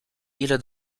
ile